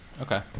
Okay